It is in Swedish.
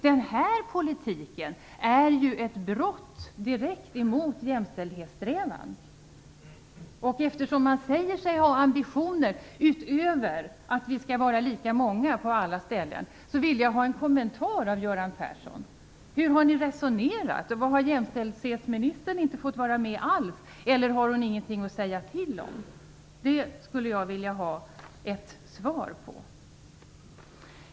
Den här politiken är ett direkt brott mot jämställdhetssträvandena. Eftersom man säger sig ha ambitioner utöver att det skall finnas lika många kvinnor som män på alla ställen, vill jag ha en kommentar av Göran Persson. Hur har ni resonerat? Har jämställdhetsministern inte fått vara med alls? Eller har hon ingenting att säga till om? De frågorna skulle jag vilja ha ett svar på.